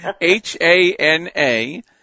H-A-N-A